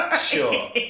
Sure